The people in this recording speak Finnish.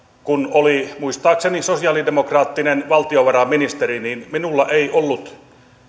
kun oli muistaakseni sosialidemokraattinen valtiovarainministeri minulla ei ollut